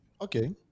Okay